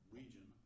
region